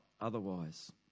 otherwise